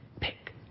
pick